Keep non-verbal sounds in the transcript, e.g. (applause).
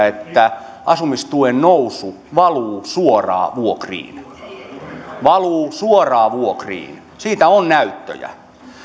(unintelligible) että asumistuen nousu valuu suoraan vuokriin valuu suoraan vuokriin siitä on näyttöjä